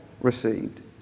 received